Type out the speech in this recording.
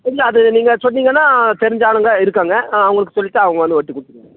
இல்லை அது நீங்கள் சொன்னிங்கன்னா தெரிஞ்சாளுங்க இருக்காங்க ஆ அவங்களுக்கு சொல்லிவிட்டா அவங்க வந்து ஒட்டி குடுத்து